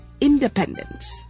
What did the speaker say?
independence